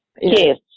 yes